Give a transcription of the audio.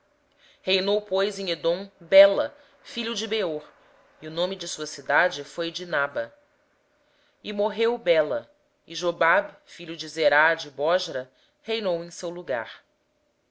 reinou pois em edom belá filho de beor e o nome da sua cidade era dinabá morreu belá e jobabe filho de zerá de bozra reinou em seu lugar